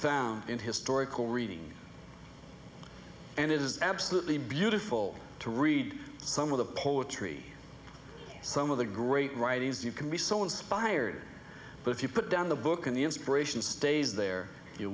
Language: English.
found in historical reading and it is absolutely beautiful to read some of the poetry some of the great writings you can be so inspired but if you put down the book in the inspiration stays there you